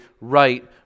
right